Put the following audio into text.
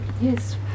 Yes